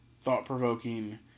thought-provoking